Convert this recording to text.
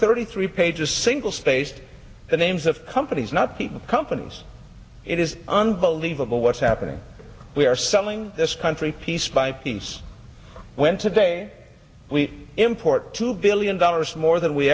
thirty three pages single spaced the names of companies not the companies it is unbelievable what's happening we are selling this country piece by piece when today we import two billion dollars more than we